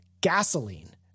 gasoline